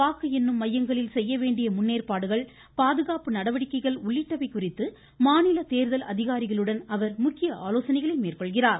வாக்கு எண்ணும் மையங்களில் செய்ய வேண்டிய முன்னேற்பாடுகள் பாதுகாப்பு நடவடிக்கைகள் உள்ளிட்டவை குறித்து மாநில தேர்தல் அதிகாரிகளுடன் அவர் முக்கிய ஆலோசனைகளை மேற்கொள்கிறார்